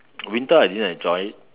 winter I didn't enjoy it